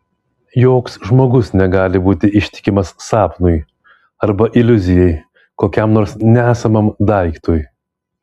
joks žmogus negali būti ištikimas sapnui arba iliuzijai kokiam nors nesamam daiktui